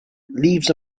leaves